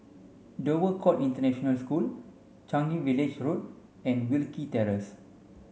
Dover Court International School Changi Village Road and Wilkie Terrace